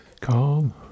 calm